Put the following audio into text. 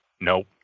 Nope